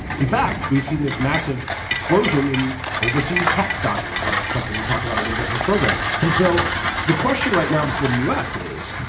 in fact, we've seen this massive explosion in overseas tax dodgers, and something we've talked about a little bit in this program. and so the question right now before the u. s. is,